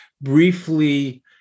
briefly